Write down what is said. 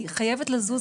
אני חייבת לזוז,